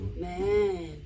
Man